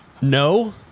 No